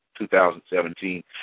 2017